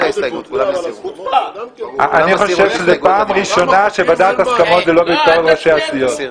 אני חושב שזאת פעם ראשונה שוועדת הסכמות זה לא כלל יושבי-ראש הסיעות.